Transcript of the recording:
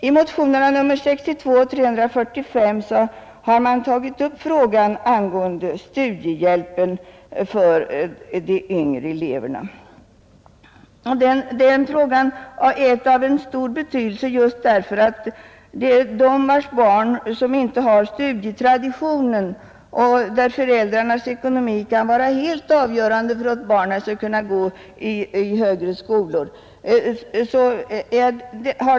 I motionerna 62 och 345 har tagits upp frågan om studiehjälpen för de yngre eleverna, Den frågan är av stor betydelse för dem vilkas barn inte har studietradition och där föräldrarnas ekonomi kan vara helt avgörande för om barnen skall kunna gå i högre skolor.